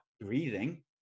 breathing